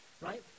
right